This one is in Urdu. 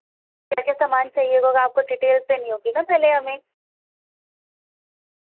کیا کیا سامان چاہیے ہوگا آپ کو ڈیٹیلس دینی ہوگی نا پہلے ہمیں